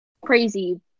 crazy